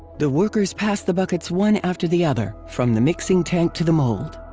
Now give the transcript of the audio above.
the workers pass the buckets one after the other, from the mixing tank to the mold